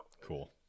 cool